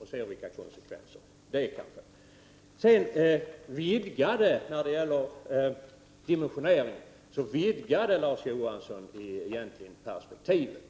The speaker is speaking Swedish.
undersöka vilka konsekvenser skattereformen kan få. När det gällde dimensioneringen vidgade Larz Johansson perspektivet.